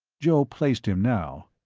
joe placed him now.